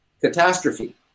catastrophe